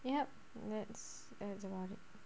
yup that's that's about it